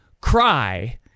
cry